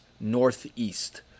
northeast